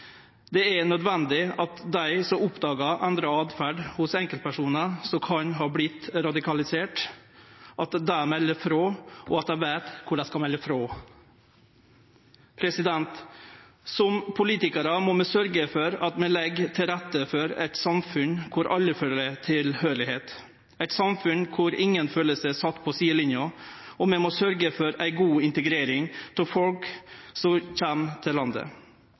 Det er nødvendig at dei som oppdagar endra åtferd hos enkeltpersonar som kan ha vorte radikaliserte, melder frå, og at dei veit kor dei skal melde frå. Som politikarar må vi sørgje for at vi legg til rette for eit samfunn kor alle føler at dei høyrer til, eit samfunn kor ingen føler seg sette på sidelinja, og vi må sørgje for ei god integrering av folk som kjem til landet.